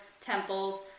Temples